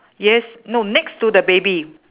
yes no next to the baby